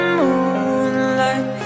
moonlight